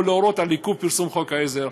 או להורות על עיכוב פרסום חוק העזר,